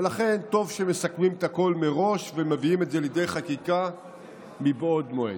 ולכן טוב שמסכמים את הכול מראש ומביאים את זה לידי חקיקה מבעוד מועד.